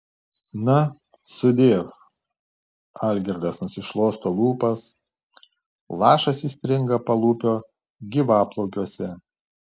na sudiev algirdas nusišluosto lūpas lašas įstringa palūpio gyvaplaukiuose